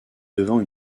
devant